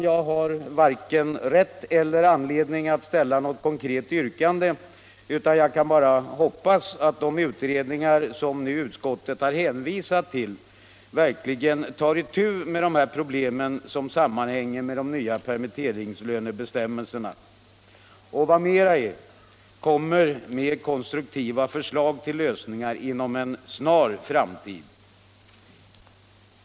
Jag har varken rätt eller anledning att nu ställa något konkret yrkande, utan jag kan bara hoppas att de utredningar som utskottet hänvisat till verkligen tar itu med de problem som sammanhänger med de nya permitteringslönebestämmelserna och, vad mera är, lägger fram konstruktiva förslag till lösningar inom en snar framtid.